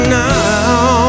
now